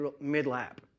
mid-lap